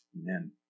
Amen